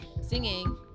singing